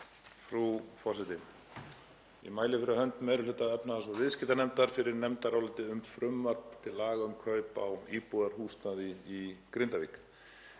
Frú forseti. Ég mæli fyrir hönd meiri hluta efnahags- og viðskiptanefndar fyrir nefndaráliti um frumvarp til laga um kaup á íbúðarhúsnæði í Grindavík.